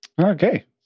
Okay